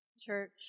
church